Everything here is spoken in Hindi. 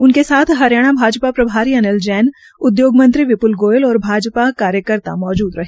उनके साथ हरियाणा भाजपा प्रभारी अनिल जैन उद्योग मंत्री विप्ल गोयल और भाजपा कार्यकर्ता मौजूद रहे